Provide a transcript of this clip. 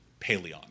Paleon